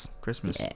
Christmas